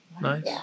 nice